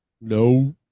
No